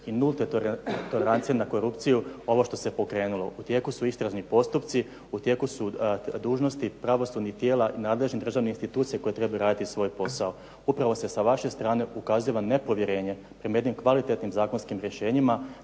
i nulte tolerancije na korupciju ovo što se pokrenulo. U tijeku su istražni postupci, u tijeku su dužnosti pravosudnih tijela i nadležnih državnih institucija koje trebaju raditi svoj posao. Upravo se sa vaše strane ukaziva nepovjerenje prema jednim kvalitetnim zakonskim rješenjima,